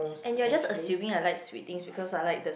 and you are just assuming I like sweet things because I like the